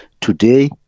Today